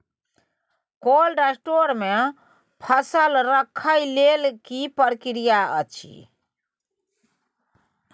Cold store मे फसल रखय लेल की प्रक्रिया अछि?